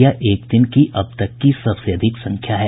यह एक दिन की अब तक की सबसे अधिक संख्या है